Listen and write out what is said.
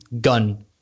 gun